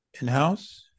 in-house